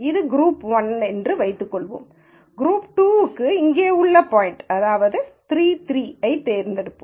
இது குரூப் 1 என்று வைத்துக் கொள்வோம் குரூப் 2 க்கு இங்கே உள்ள பாய்ன்ட் 3 3 ஐ தேர்வு செய்கிறோம்